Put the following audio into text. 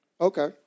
Okay